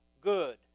good